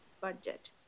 budget